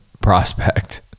prospect